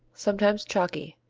sometimes chalky.